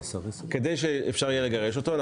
כדי שאפשר יהיה לגרש אותו,